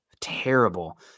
terrible